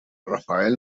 rafael